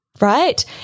right